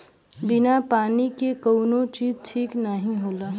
बिना पानी के कउनो चीज ठीक नाही होला